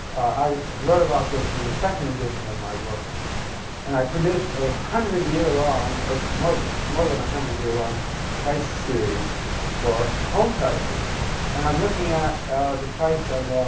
i wrote about this in the second edition of my book and i produced a hundred-year-long, or more than more than a hundred-year-long price series for home prices and i'm looking at the price of